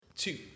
Two